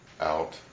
out